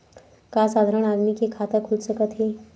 का साधारण आदमी के खाता खुल सकत हे?